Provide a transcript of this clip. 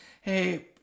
hey